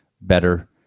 better